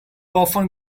often